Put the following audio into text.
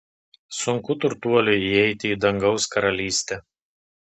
sunku turtuoliui įeiti į dangaus karalystę